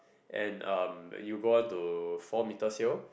and um you will go on to four metre sail